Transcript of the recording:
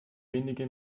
wenige